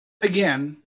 again